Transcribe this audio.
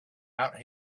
out